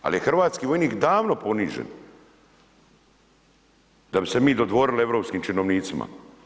Ali je hrvatski vojnik davno ponižen da bi se mi dodvorili europskim činovnicima.